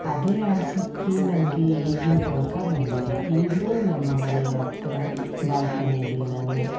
ಅದೇ ಆಸಕ್ತಿ ನನ್ಗೆ ಈಗಿನ ತನಕ ಬಂದಿದೆ ಈಗಲೂ ನಮ್ಮ ಮನೆಯ ಹತ್ರ ಬಾಲ್ಕನೀಲಿ ನಾನು